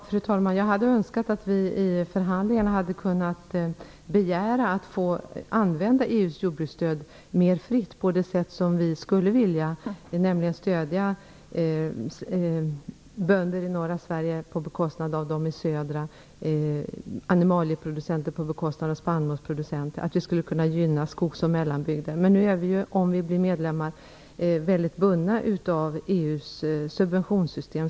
Fru talman! Jag hade önskat att vi i förhandlingarna hade kunnat begära att få använda EU:s jordbruksstöd mer fritt på det sätt som vi skulle vilja, nämligen att stödja bönder i norra Sverige på bekostnad av dem i södra Sverige, animalieproducenter på bekostnad av spannmålsproducenter samt gynna skogs och mellanbygder. Men om vi blir medlemmar är vi ju bundna av EU:s subventionssystem.